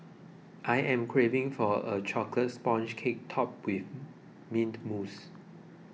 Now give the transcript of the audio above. I am craving for a Chocolate Sponge Cake Topped with Mint Mousse